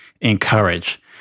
encourage